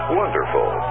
wonderful